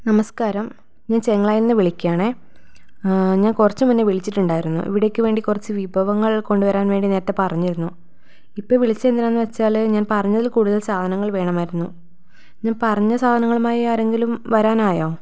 നമസ്കാരം ഞാൻ ചെൻഗ്ലായീന്ന് വിളിക്കുവാണേ ഞാൻ കുറച്ച് മുന്നേ വിളിച്ചിട്ടുണ്ടായിരുന്നു ഇവിടേക്ക് വേണ്ടി കുറച്ച് വിഭവങ്ങൾ കൊണ്ട് വരാൻ വേണ്ടി നേരത്തെ പറഞ്ഞിരുന്നു ഇപ്പം വിളിച്ചത് എന്തിനാണെന്ന് വെച്ചാൽ ഞാൻ പറഞ്ഞതിൽ കൂടുതൽ സാധനങ്ങൾ വേണമായിരുന്നു ഞാൻ പറഞ്ഞ സാധനങ്ങളുമായി ആരെങ്കിലും വരാനായോ